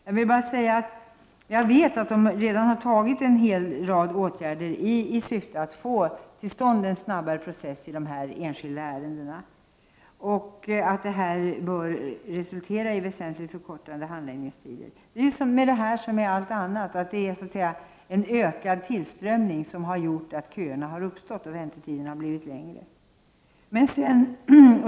Jag vet att man har vidtagit en rad åtgärder i syfte att få till stånd en snabbare process i de enskilda ärendena, och det bör resultera i väsentligt förkortade handläggningstider. Det är med det här som med allt annat, dvs. att det är en ökad tillströmning som har gjort att köerna har uppstått och väntetiderna blivit längre.